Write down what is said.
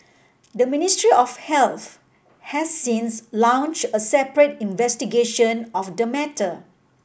the Ministry of Health has since launch a separate investigation of the matter